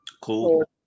Cool